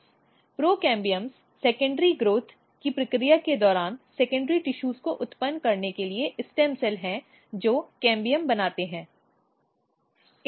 procambium secondary विकास की प्रक्रिया के दौरान सेकेंडरी टिशूज को उत्पन्न करने के लिए स्टेम सेल हैं जो कैम्बियम बनाते हैं